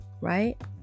right